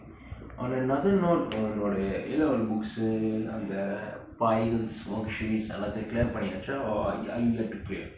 on another note உன்னுடைய:unnudaiya A level books அந்த:antha files worksheets எல்லாத்தையும்:ellaathaiyum clear பன்னியாச்சா:panniyaachaa or are you yet to clear